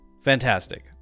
fantastic